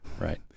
right